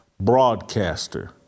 broadcaster